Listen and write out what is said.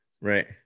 Right